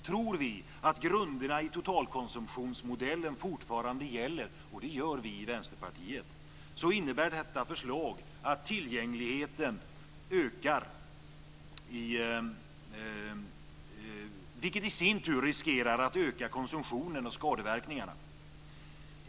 Tror vi att grunderna i totalkonsumtionsmodellen fortfarande gäller - och det gör vi i Vänsterpartiet - innebär detta förslag att tillgängligheten ökar, vilket i sin tur riskerar att öka konsumtionen och skadeverkningarna.